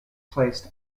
placed